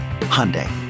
Hyundai